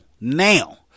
now